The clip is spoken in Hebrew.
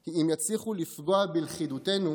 היא אם יצליחו לפגוע בלכידותנו